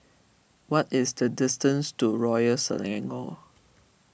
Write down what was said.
what is the distance to Royal Selangor